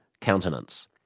countenance